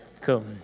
Cool